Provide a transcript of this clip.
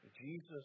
Jesus